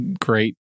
great